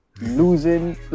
losing